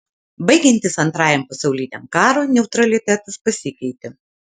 baigiantis antrajam pasauliniam karui neutralitetas pasikeitė